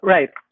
Right